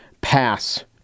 pass